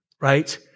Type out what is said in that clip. right